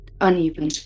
uneven